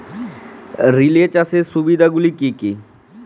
Relay চাষের সুবিধা গুলি কি কি?